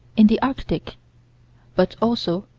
in the arctic but, also,